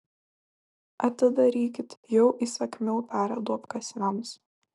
atidarykit jau įsakmiau tarė duobkasiams